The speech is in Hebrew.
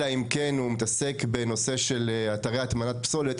אלא אם כן הוא מתעסק בנושא של אתרי הטמנת פסולת,